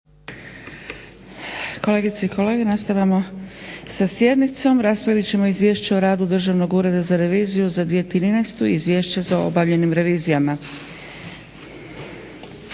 Kolegice i kolege nastavljamo sa sjednicom. Raspravit ćemo - Izvješća o radu Državnog ureda za reviziju za 2013. i Izvješća o obavljenim revizijama;